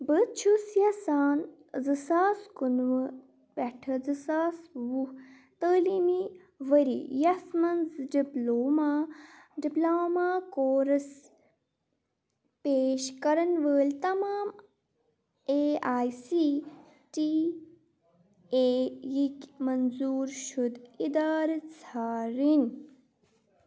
بہٕ چھُس یژھان زٕ ساس کُنوُہ پٮ۪ٹھٕ زٕ ساس وُہ تعلیٖمی ؤرۍ یَس مَنٛز ڈِپلوما ڈپلوما کورس پیش کرن وٲلۍ تمام A I C T E یِکۍ منظوٗر شُدٕ اِدارٕ ژھانڈٕنۍ